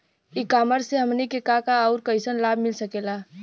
ई कॉमर्स से हमनी के का का अउर कइसन लाभ मिल सकेला?